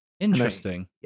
Interesting